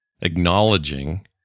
acknowledging